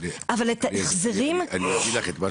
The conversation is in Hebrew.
אבל את ההחזרים -- אני אגיד לך את מה